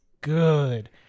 good